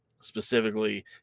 specifically